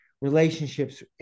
relationships